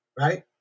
right